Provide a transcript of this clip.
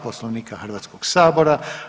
Poslovnika Hrvatskoga sabora.